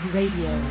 Radio